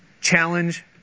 challenge